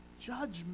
judgment